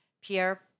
Pierre